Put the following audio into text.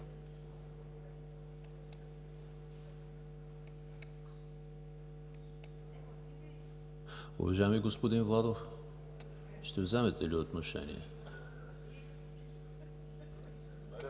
Уважаеми господин Владов, ще вземете ли отношение?